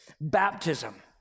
baptism